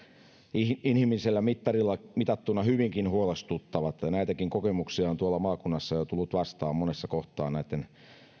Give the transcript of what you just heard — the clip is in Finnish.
inhimillisellä mittarilla mitattuna hyvinkin huolestuttavat näitäkin kokemuksia on tuolla maakunnissa jo tullut vastaan monessa kohtaa näitten